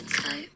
type